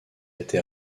été